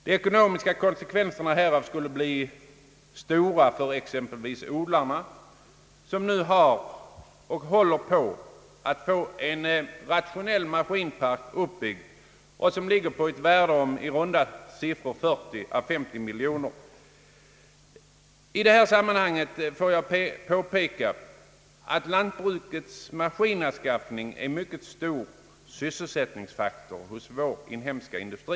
De ekonomiska «konsekvenserna härav skulle bli stora för exempelvis odlarna, som nu har och håller på att få en rationell maskinpark uppbyggd till ett värde av 40 å 50 miljoner kronor. I detta sammanhang får jag påpeka, att lantbrukets maskinanskaffning är en mycket stor sysselsättningsfaktor hos vår inhemska industri.